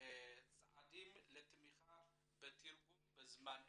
צעדים לתמיכה בתרגום בזמן אמת"